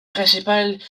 principale